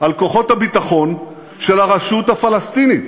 על כוחות הביטחון של הרשות הפלסטינית.